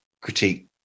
critique